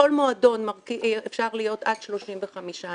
בכל מועדון אפשר להיות עד 35 אנשים.